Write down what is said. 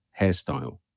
hairstyle